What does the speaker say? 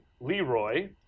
Leroy